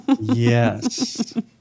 Yes